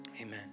Amen